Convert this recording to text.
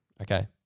Okay